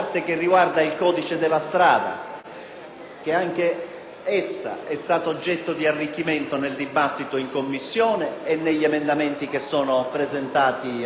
anch'essa è stata oggetto di arricchimento nel dibattito in Commissione e negli emendamenti che sono presentati all'attenzione dell'Assemblea.